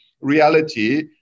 reality